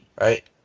Right